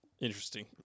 interesting